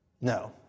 No